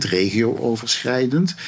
regiooverschrijdend